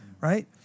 Right